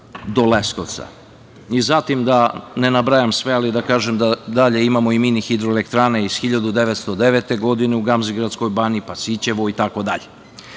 do Leskovca. Da ne nabrajam sve, ali da kažem da i dalje imamo mini hidroelektrane iz 1909. godine u Gamzigradskoj banji, pa Sićevo itd. Kako